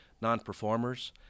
non-performers